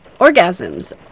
orgasms